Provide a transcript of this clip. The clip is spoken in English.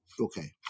Okay